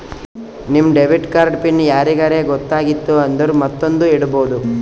ನಿಮ್ debit card PIN ಯಾರಿಗರೇ ಗೊತ್ತಾಗಿತ್ತು ಅಂದುರ್ ಮತ್ತೊಂದ್ನು ಇಡ್ಬೋದು